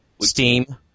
Steam